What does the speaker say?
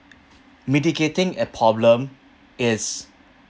mitigating a problem is